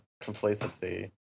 complacency